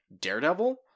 Daredevil